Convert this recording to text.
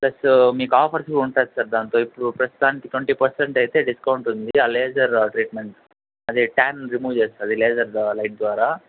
plus మీకు offers కూడా ఉంటాయి సార్ దాంట్లో ఇప్పుడు ప్రస్తుతానికి ట్వంటీ పర్సెంట్ అయితే డిస్కౌంట్ ఉంది ఆ లేజర్ ట్రీట్మెంట్ అదే ట్యాన్ రిమూవ్ చేస్తుంది లేజర్ ద్వారా లైట్ ద్వారా